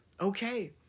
Okay